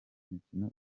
mikino